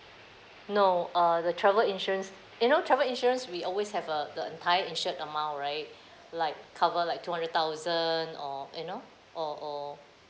no uh the travel insurance you know travel insurance we always have a the tie insured amount right like cover like two hundred thousand or you know or or